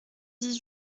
dix